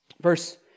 Verse